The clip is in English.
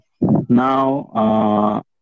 Now